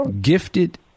gifted